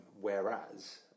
Whereas